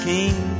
King